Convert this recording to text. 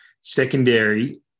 secondary